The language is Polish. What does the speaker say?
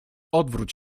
odwróć